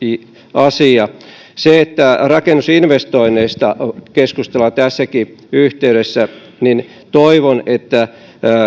asia kun rakennusinvestoinneista keskustellaan tässäkin yhteydessä niin toivon että